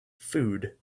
food